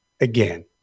again